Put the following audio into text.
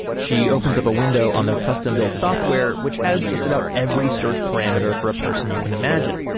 she opens up a window on their custom-built software, which has just about every search parameter for a person you can imagine.